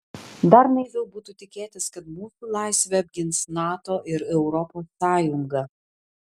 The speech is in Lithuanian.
dar naiviau būtų tikėtis kad mūsų laisvę apgins nato ir europos sąjunga